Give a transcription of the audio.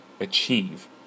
achieve